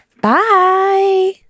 Bye